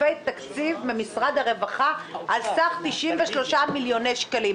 עודפי תקציב ממשרד הרווחה על סך 93 מיליוני שקלים.